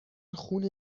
خون